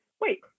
wait